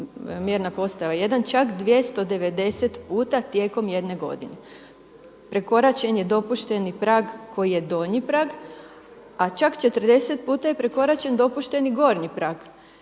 mjerna postaja 1, čak 290 puta tijekom jedne godine. Prekoračeni je dopušteni prag koji je donji prag a čak 40 puta je prekoračen dopušteni gornji prag.